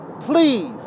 please